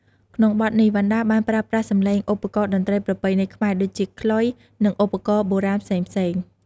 ក្នុងបទនេះ វណ្ណដាបានប្រើប្រាស់សម្លេងឧបករណ៍តន្ត្រីប្រពៃណីខ្មែរ ដូចជា ខ្លុយ និងឧបករណ៍បុរាណផ្សេងៗ។